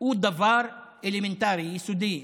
דבר אלמנטרי, יסודי.